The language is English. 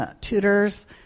tutors